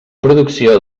producció